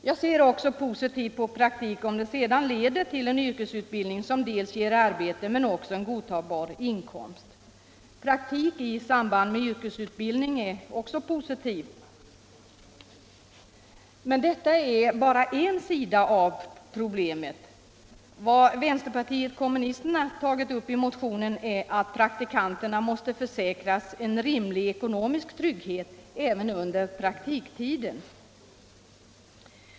Jag ser också positivt på praktik, om den sedan leder till en yrkesutbildning som ger arbete men också en godtagbar inkomst. Praktik i samband med yrkesutbildning är också någonting positivt. Men detta är bara en sida av problemet. Vad vänsterpartiet kommunisterna tagit upp i motionen är att praktikanterna måste tillförsäkras en rimlig ekonomisk trygghet även under praktiktiden.